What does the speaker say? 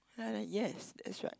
then I like yes that's right